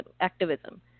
activism